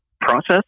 process